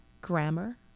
grammar